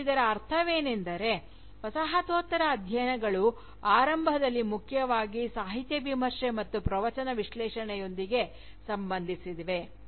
ಮತ್ತು ಇದರ ಅರ್ಥವೇನೆಂದರೆ ವಸಾಹತೋತ್ತರ ಅಧ್ಯಯನಗಳು ಆರಂಭದಲ್ಲಿ ಮುಖ್ಯವಾಗಿ ಸಾಹಿತ್ಯ ವಿಮರ್ಶೆ ಮತ್ತು ಪ್ರವಚನ ವಿಶ್ಲೇಷಣೆಯೊಂದಿಗೆ ಸಂಬಂಧಿಸಿವೆ